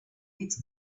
its